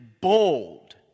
bold